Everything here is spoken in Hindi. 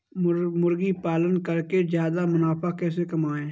मुर्गी पालन करके ज्यादा मुनाफा कैसे कमाएँ?